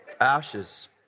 Ashes